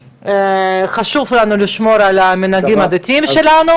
חשוב לנו לשמור על המנהגים הדתיים שלנו